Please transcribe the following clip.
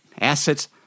Assets